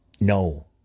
No